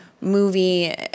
movie